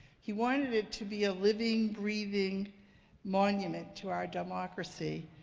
he wanted it to be a living, breathing monument to our democracy,